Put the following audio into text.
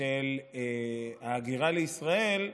של ההגירה לישראל,